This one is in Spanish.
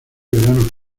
veranos